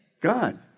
God